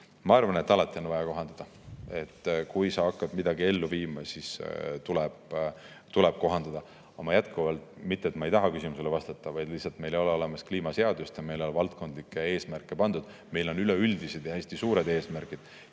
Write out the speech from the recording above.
Ma arvan, et alati on vaja kohandada. Kui sa hakkad midagi ellu viima, siis tuleb kohandada. Aga ma jätkuvalt [ütlen] – mitte et ma ei tahaks küsimusele vastata –, et meil lihtsalt ei ole [veel] olemas kliimaseadust ja meil ei ole valdkondlikke eesmärke seatud. Meil on üleüldised ja hästi suured eesmärgid